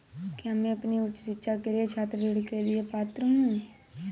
क्या मैं अपनी उच्च शिक्षा के लिए छात्र ऋण के लिए पात्र हूँ?